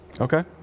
Okay